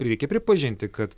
reikia pripažinti kad